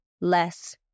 less